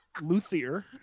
luthier